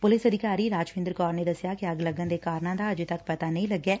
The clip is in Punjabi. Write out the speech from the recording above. ਪੁਲਿਸ ਅਧਿਕਾਰੀ ਰਾਜਵਿੰਦਰ ਕੌਰ ਨੇ ਦਸਿਆ ਕਿ ਅੱਗ ਲੱਗਣ ਦੇ ਕਾਰਨਾ ਦਾ ਅਜੇ ਪਤਾ ਨਹੀ ਲਗਿਆ